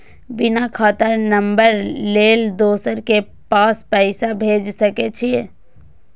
बिना खाता नंबर लेल दोसर के पास पैसा भेज सके छीए?